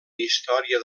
història